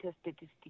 statistics